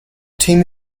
team